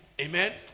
Amen